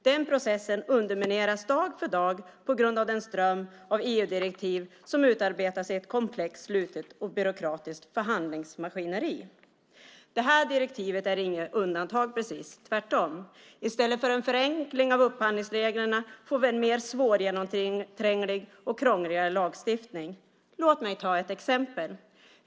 Den processen undermineras dag för dag på grund av den ström av EU-direktiv som utarbetas i ett komplext, slutet och byråkratiskt förhandlingsmaskineri. Det här direktivet utgör inget undantag precis - tvärtom. I stället för en förenkling av upphandlingsreglerna får vi en mer svårgenomtränglig och krångligare lagstiftning. Låt mig ta ett exempel.